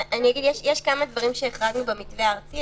כמה דברים שהחרגנו במתווה הארצי.